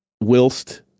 whilst